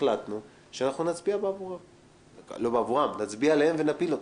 החלטנו שאנחנו נצביע עליהן ונפיל אותן.